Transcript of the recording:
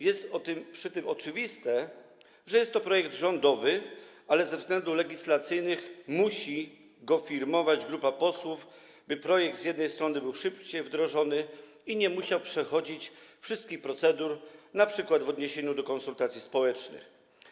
Jest przy tym oczywiste, że jest to projekt rządowy, ale ze względów legislacyjnych musi go firmować grupa posłów, by projekt był szybciej wdrożony i nie musiał przechodzić wszystkich procedur, np. w odniesieniu do konsultacji społecznych.